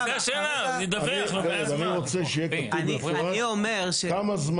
ורד, אני רוצה שיהיה כתוב במפורש כמה זמן,